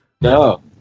No